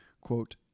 quote